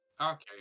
Okay